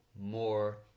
more